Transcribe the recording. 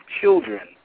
children